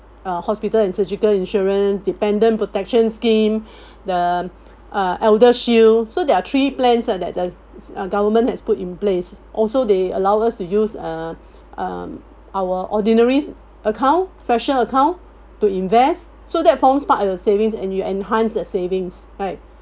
uh hospital and surgical insurance dependent protection scheme the uh eldershield so there are three plans and that the uh government has put in place also they allow us to use uh um our ordinary account special account to invest so that forms part of your savings and you enhance the savings right